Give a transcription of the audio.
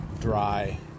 dry